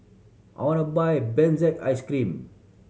I want to buy Benzac Cream